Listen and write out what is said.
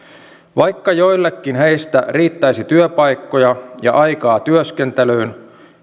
vaikka joillekin heistä riittäisi työpaikkoja ja aikaa työskentelyyn